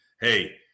hey